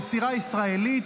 יצירה ישראלית,